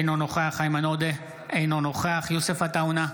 אינו נוכח איימן עודה, אינו נוכח יוסף עטאונה,